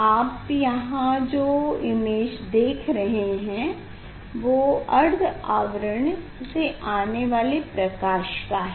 आप यहाँ जो इमेज देख रहे हैं वो अर्ध आवरण से आने वाले प्रकाश का है